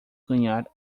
ganhar